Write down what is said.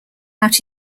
out